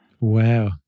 Wow